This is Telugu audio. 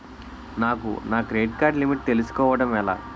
నాకు నా క్రెడిట్ కార్డ్ లిమిట్ తెలుసుకోవడం ఎలా?